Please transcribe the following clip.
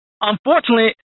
unfortunately